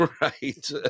right